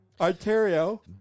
Ontario